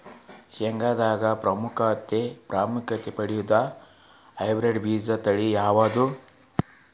ಶೇಂಗಾದಾಗ ಪ್ರಾಮುಖ್ಯತೆ ಪಡೆದ ಹೈಬ್ರಿಡ್ ತಳಿ ಯಾವುದು?